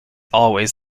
always